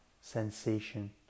sensation